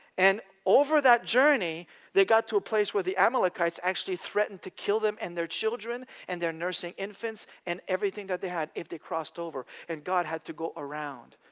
and over that journey they got to a place where the amalekites actually threatened to kill them, and their children, and their nursing infants, and everything that they had, if they crossed over, and god had to go around.